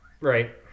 Right